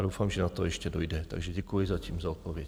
Doufám, že na to ještě dojde, takže děkuji zatím za odpověď.